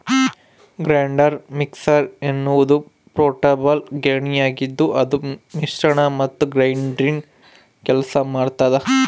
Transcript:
grinder mixer ಎನ್ನುವುದು portable ಗಿರಣಿಯಾಗಿದ್ದುಅದು ಮಿಶ್ರಣ ಮತ್ತು ಗ್ರೈಂಡಿಂಗ್ ಕೆಲಸ ಮಾಡ್ತದ